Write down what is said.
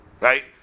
right